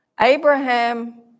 Abraham